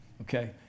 Okay